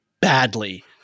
badly